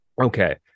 Okay